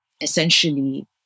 essentially